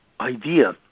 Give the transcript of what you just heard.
idea